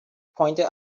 pointed